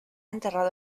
enterrado